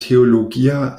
teologia